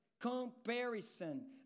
comparison